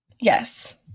Yes